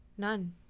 None